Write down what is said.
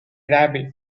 rabbit